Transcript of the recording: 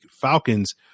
Falcons